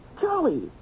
Charlie